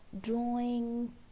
drawing